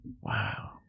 Wow